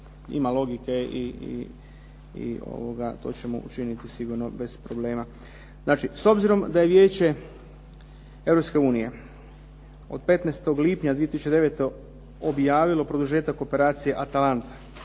ima logike i to ćemo učiniti sigurno bez problema. Znači, s obzirom da je Vijeće EU od 15. lipnja 2009. objavilo produžetak operacije "ATALANTA"